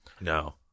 No